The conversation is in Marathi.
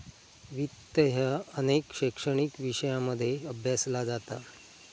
वित्त ह्या अनेक शैक्षणिक विषयांमध्ये अभ्यासला जाता